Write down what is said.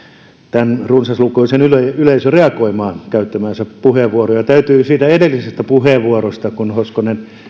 tämän runsaslukuisen yleisön yleisön reagoimaan käyttämäänsä puheenvuoroon täytyy todeta siitä edellisestä puheenvuorosta kun hoskonen